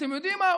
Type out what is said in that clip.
ואתם יודעים מה?